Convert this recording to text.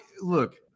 look